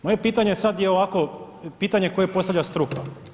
Moje pitanje sad je ovako pitanje koje postavlja struka.